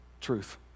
truth